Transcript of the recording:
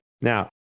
Now